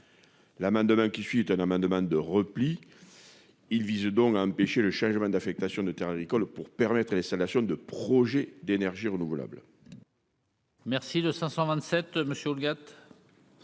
Cabanel. Il s'agit d'un amendement de repli, qui tend à empêcher le changement d'affectation de terres agricoles pour permettre l'installation de projets d'énergie renouvelable.